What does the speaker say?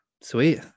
Sweet